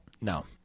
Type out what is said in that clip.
no